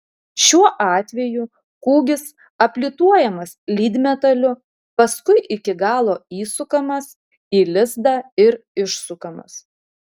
šiuo atveju kūgis aplituojamas lydmetaliu paskui iki galo įsukamas į lizdą ir išsukamas